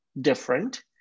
different